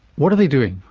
what are they doing?